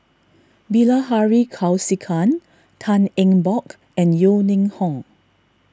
Bilahari Kausikan Tan Eng Bock and Yeo Ning Hong